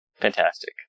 Fantastic